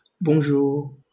bonjour